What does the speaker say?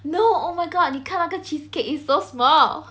no oh my god 你看了那个 cheesecake it's so small